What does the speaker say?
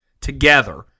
together